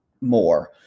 more